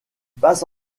passe